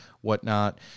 whatnot